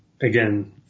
again